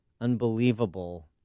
unbelievable